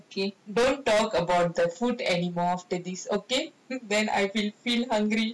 okay don't talk about the food anymore after this okay then I will feel hungry